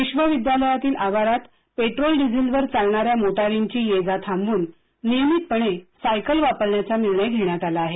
विश्वविद्यालयातील आवारात petrol diesel वर चालणार्यात मोटारींची ये जा थांबवूननियमितपणे सायकल वापरण्याचा निर्णय घेण्यात आला आहे